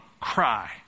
cry